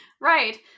Right